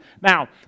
Now